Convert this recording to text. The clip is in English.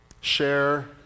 Share